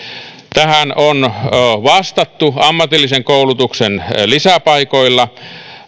tähän on vastattu ammatillisen koulutuksen lisäpaikoilla